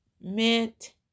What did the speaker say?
mint